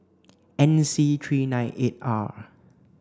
N C three nine eight R